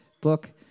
book